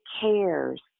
cares